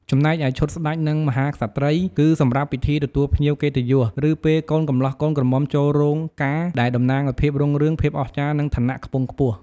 ចំណែកឯ ឈុតស្ដេច និងមហាក្សត្រីយ៍ គឺសម្រាប់ពិធីទទួលភ្ញៀវកិត្តិយស ឬពេលកូនកម្លោះកូនក្រមុំចូលរោងការ ដែលតំណាងឱ្យភាពរុងរឿង ភាពអស្ចារ្យ និងឋានៈខ្ពង់ខ្ពស់។